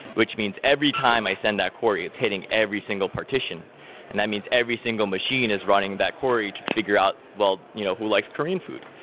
which means every time i send that query, it's hitting every single partition and that means every single machine is running that query to figure out, you know who likes korean food?